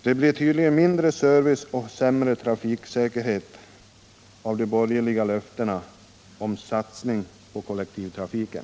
Det blir tydligen mindre service och sämre trafiksäkerhet av de borgerliga löftena om satsning på kollektivtrafiken.